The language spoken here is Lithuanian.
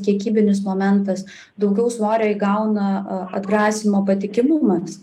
kiekybinis momentas daugiau svorio įgauna atgrasymo patikimumas